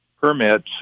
permits